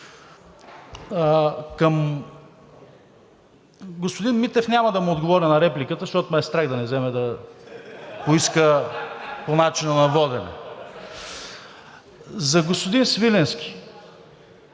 Към господин Митев. Няма да му отговоря на репликата, защото ме е страх да не вземе да поиска процедура по начина на водене. (Смях.) За господин Свиленски.